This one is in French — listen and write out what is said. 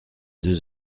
deux